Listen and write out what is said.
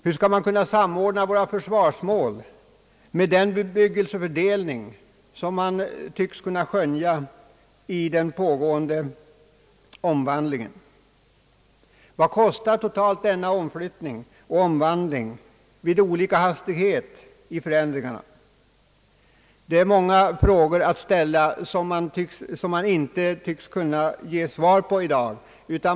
Hur skall man kunna samordna våra försvarsmål med den bebyggelsefördelning som pågående omvandling synes leda till? Vad kostar totalt denna omflyttning och omvandling vid olika hastighet i förändringarna? Det är många frågor att ställa, som man inte tycks kunna ge svar på i dag.